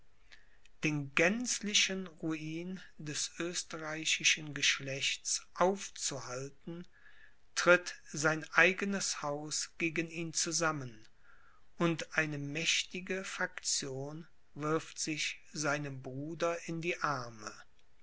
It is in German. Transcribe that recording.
den gänzlichen ruin des österreichischen geschlechts aufzuhalten tritt sein eigenes haus gegen ihn zusammen und eine mächtige faktion wirft sich seinem bruder in die arme